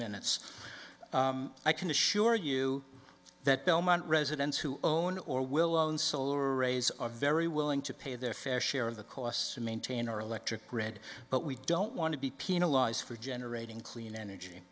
minutes i can assure you that belmont residents who own or will own solar arrays are very willing to pay their fair share of the costs to maintain our electric grid but we don't want to be penalized for generating clean energy